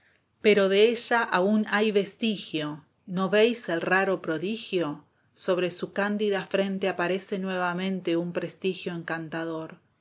pero de ella aún hay vestigio no veis el raro prodigio sobre su candida frente aparece nuevamente un prestigio encantador su